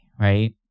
right